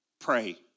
Pray